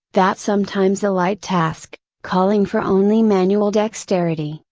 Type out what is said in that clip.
that sometimes a light task, calling for only manual dexterity,